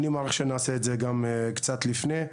אני מעריך שנעשה את זה גם קצת לפני,